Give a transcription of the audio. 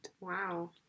Wow